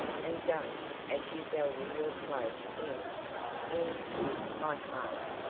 and don't, as you value your place in in my heart,